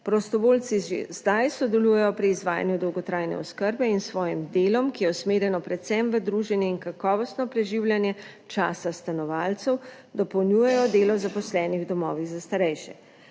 Prostovoljci že zdaj sodelujejo pri izvajanju dolgotrajne oskrbe in s svojim delom, ki je usmerjeno predvsem v druženje in kakovostno preživljanje časa stanovalcev, dopolnjujejo delo zaposlenih v domovih za starejše.